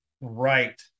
right